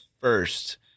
first